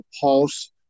pulse